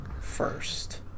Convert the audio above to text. first